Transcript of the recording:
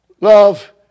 love